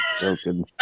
Joking